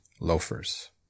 loafers